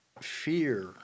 fear